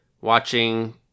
watching